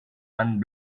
and